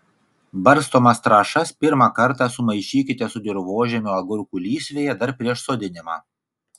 barstomas trąšas pirmą kartą sumaišykite su dirvožemiu agurkų lysvėje dar prieš sodinimą